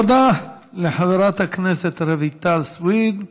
תודה לחברת הכנסת רויטל סויד.